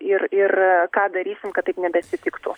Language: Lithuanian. ir ir ką darysim kad taip nebeatsitiktų